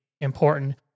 important